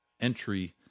entry